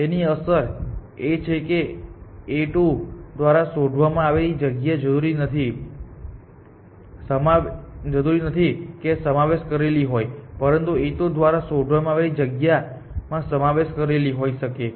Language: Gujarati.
તેથી અસર એ છે કે A2 દ્વારા શોધવામાં આવેલી જગ્યા જરૂરી નથી કે સમાવેશ કરેલી હોય પરંતુ A2 દ્વારા શોધવામાં આવેલી જગ્યામાં સમાવેશ કરેલી હોય શકે છે